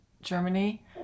Germany